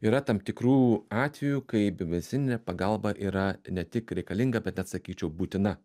yra tam tikrų atvejų kai biomedicininė pagalba yra ne tik reikalinga bet net sakyčiau būtina